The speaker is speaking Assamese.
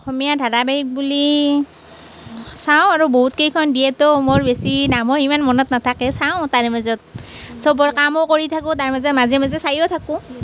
অসমীয়া ধাৰাবাহিক বুলি চাওঁ আৰু বহুতকেইখন দিয়েতো মোৰ বেছি নামো সিমান মনত নাথাকে চাওঁ তাৰে মাজত চবৰ কামো কৰি থাকোঁ তাৰ মাজে মাজে মাজে চাইও থাকোঁ